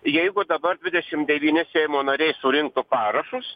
jeigu dabar dvidešim devyni seimo nariai surinktų parašus